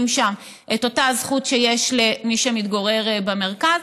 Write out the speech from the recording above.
שם את אותה הזכות שיש למי שמתגורר במרכז.